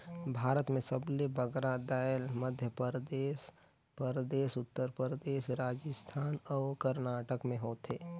भारत में सबले बगरा दाएल मध्यपरदेस परदेस, उत्तर परदेस, राजिस्थान अउ करनाटक में होथे